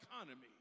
economy